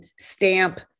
stamp